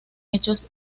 hechos